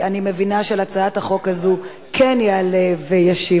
אני מבינה שלהצעת החוק הזאת כן יעלה וישיב